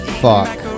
fuck